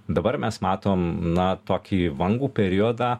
dabar mes matom na tokį vangų periodą